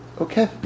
okay